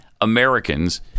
Americans